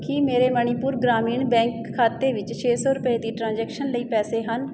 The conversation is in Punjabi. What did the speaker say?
ਕੀ ਮੇਰੇ ਮਨੀਪੁਰ ਗ੍ਰਾਮੀਣ ਬੈਂਕ ਖਾਤੇ ਵਿੱਚ ਛੇ ਸੌ ਰੁਪਏ ਦੀ ਟ੍ਰਾਂਜੈਕਸ਼ਨ ਲਈ ਪੈਸੇ ਹਨ